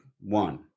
one